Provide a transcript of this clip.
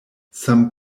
some